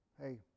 Hey